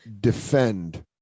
defend